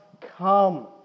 come